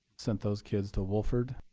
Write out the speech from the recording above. sent those kids to woolford.